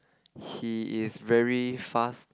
he is very fast